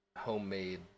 homemade